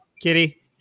Kitty